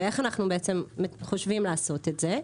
איך אנחנו בעצם חושבים לעשות את זה?